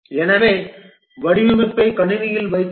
எனவே வடிவமைப்பை கணினியில் வைக்கவும்